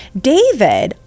david